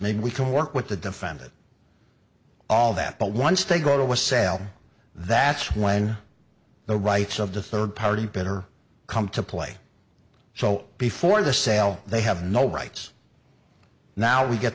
need we can work with the defendant all that but once they go to with sale that's when the rights of the third party better come to play so before the sale they have no rights now we get